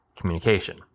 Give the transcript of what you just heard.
communication